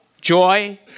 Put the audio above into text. joy